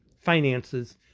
finances